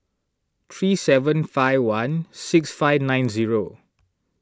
three seven five one six five nine zero